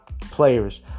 players